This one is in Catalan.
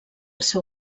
seu